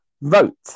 vote